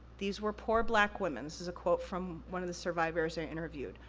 these were poor black women, this is a quote from one of the survivors i interviewed.